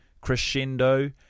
crescendo